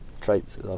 traits